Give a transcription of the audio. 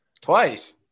Twice